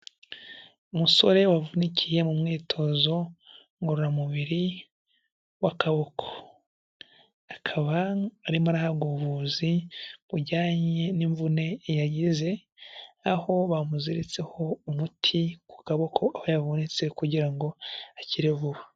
Umusore wavunikiye mu mwitozo ngororamubiri w'akaboko. Akaba arimo arahabwa ubuvuzi bujyanye n'imvune yagize, aho bamuziritseho umuti ku kaboko aho yavunitse, kugira ngo akire vuba.